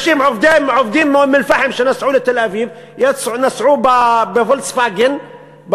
עובדים מאום-אלפחם שעבדו בתל-אביב נסעו בפולקסווגן,